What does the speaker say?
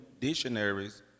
dictionaries